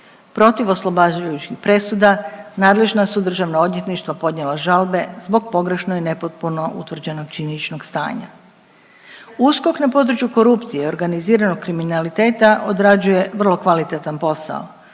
Protiv oslobađajućih presuda nadležna su državna odvjetništva podnijela žalbe zbog pogrešno i nepotpuno utvrđenog činjeničnog stanja. USKOK na području korupcije i organiziranog kriminaliteta odrađuje vrlo kvalitetan posao.